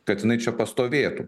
kad jinai čia pastovėtų